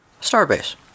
Starbase